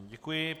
Děkuji.